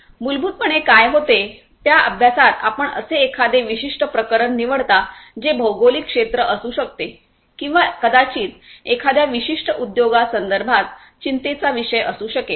मूलभूतपणे काय होते त्या अभ्यासात आपण असे एखादे विशिष्ट प्रकरण निवडता जे भौगोलिक क्षेत्र असू शकते किंवा कदाचित एखाद्या विशिष्ट उद्योगासंदर्भात चिंतेचा विषय असू शकेल